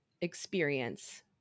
experience